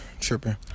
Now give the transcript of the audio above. Tripping